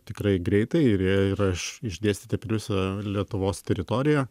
tikrai greitai ir jie yra iš išdėstyti per visą lietuvos teritoriją